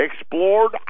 Explored